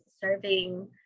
serving